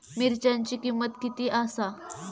मिरच्यांची किंमत किती आसा?